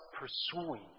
pursuing